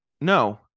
No